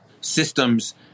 systems